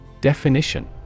Definition